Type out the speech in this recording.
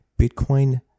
Bitcoin